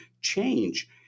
change